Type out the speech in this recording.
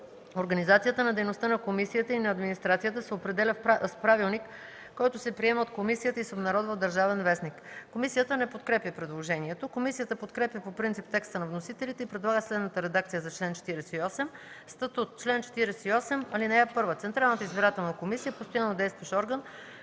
Организацията на дейността на комисията и на администрацията се определя с правилник, който се приема от комисията и се обнародва в „Държавен вестник”.” Комисията не подкрепя предложението. Комисията подкрепя по принцип текста на вносителите и предлага следната редакция за чл. 48: „Статут Чл. 48. (1) Централната избирателна комисия е постояннодействащ орган,